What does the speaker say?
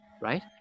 Right